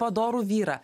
padorų vyrą